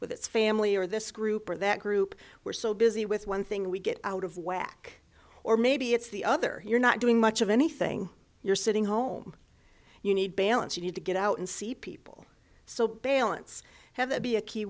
with it's family or this group or that group we're so busy with one thing we get out of whack or maybe it's the other you're not doing much of anything you're sitting home you need balance you need to get out and see people so balance have that be a key